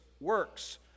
works